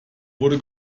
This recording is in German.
wurde